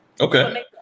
okay